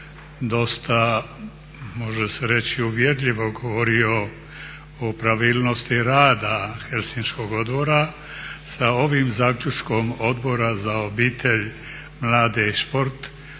dosta može se reći uvjerljivo govorio o pravilnosti rada Helsinškog odbora, sa ovim zaključkom Odbora za obitelj, mlade i sport